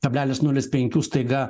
kablelis nulis pekių staiga